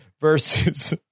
versus